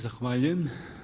Zahvaljujem.